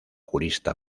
jurista